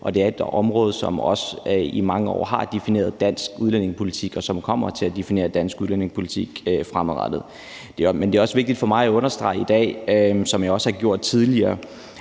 er også et område, som i mange år har defineret dansk udlændingepolitik, og som kommer til at definere dansk udlændingepolitik fremadrettet. Det er også vigtigt for mig at understrege i dag, som jeg også har gjort tidligere,